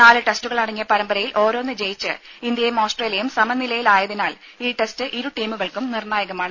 നാല് ടെസ്റ്റുകളടങ്ങിയ പരമ്പരയിൽ ഓരോന്ന് ജയിച്ച് ഇന്ത്യയും ഓസ്ട്രേലിയയും സമനിലയിലായതിനാൽ ഈ ടെസ്റ്റ് ഇരു ടീമുകൾക്കും നിർണായകമാണ്